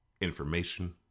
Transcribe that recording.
information